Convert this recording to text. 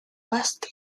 west